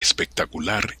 espectacular